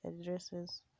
addresses